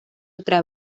otra